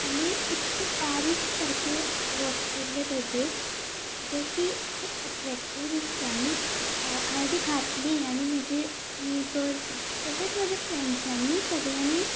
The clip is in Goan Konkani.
आनी इतकें बारीक सारके वक केल्ले ताचेर जे की खूब अट्रेक्टीव दिसता आनी हांवें ती घातली आनी म्हजी नेबर्स तशेंच म्हजे फ्रेंड्सांनी सगळ्यांनी